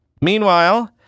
Meanwhile